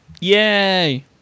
Yay